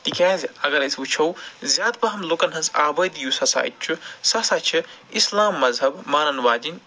تِکیٛازِ اَگر أسۍ وُچھَو زیادٕ پہم لُکَن ۂنٛزۍ آبٲدی یُس ہسا اَتہِ چھُ سُہ ہسا چھِ اسلام مزہب مانَن واجِن